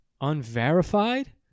Unverified